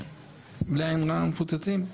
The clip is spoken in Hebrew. בלי עין הרע מפוצצים.